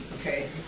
Okay